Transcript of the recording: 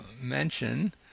mention